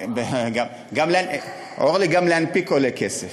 אורלי, גם להנפיק עולה כסף.